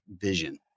vision